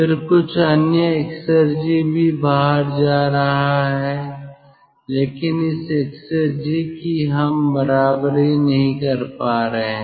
फिर कुछ अन्य एक्सेरजी भी बाहर जा रहा हैं लेकिन इस एक्सेरजी की हम बराबरी नहीं कर पा रहे हैं